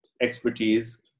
expertise